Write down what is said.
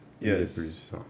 Yes